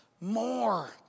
more